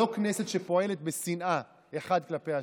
לא כנסת שפועלת בשנאה אחד כלפי השני.